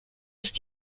ist